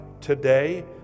today